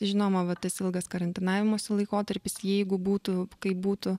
žinoma va tas ilgas karantinavimosi laikotarpis jeigu būtų kaip būtų